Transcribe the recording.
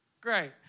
Great